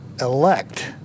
elect